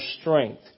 strength